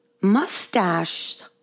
Mustaches